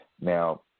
Now